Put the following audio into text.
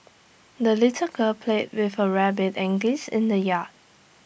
the little girl played with her rabbit and geese in the yard